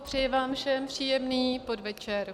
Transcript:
Přeji vám všem příjemný podvečer.